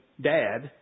dad